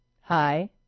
Hi